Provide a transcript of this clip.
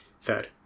third